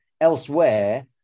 elsewhere